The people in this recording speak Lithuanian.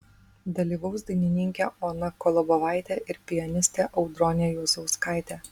dalyvaus dainininkė ona kolobovaitė ir pianistė audronė juozauskaitė